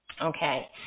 Okay